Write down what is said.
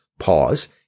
Pause